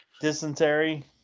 dysentery